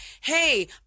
Hey